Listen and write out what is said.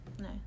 No